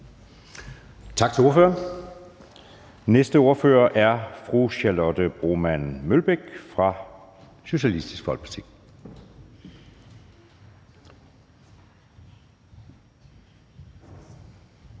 Tak til ordføreren. Den næste ordfører er fru Charlotte Broman Mølbæk fra Socialistisk Folkeparti.